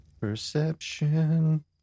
Perception